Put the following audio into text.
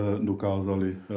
dokázali